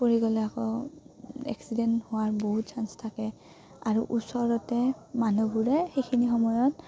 পৰি গ'লে আকৌ এক্সিডেণ্ট হোৱাৰ বহুত চাঞ্চ থাকে আৰু ওচৰতে মানুহবোৰে সেইখিনি সময়ত